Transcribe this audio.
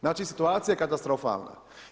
Znači, situacija je katastrofalna.